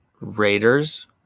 Raiders